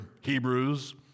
Hebrews